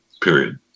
Period